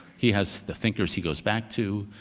he has the thinker's he goes back to.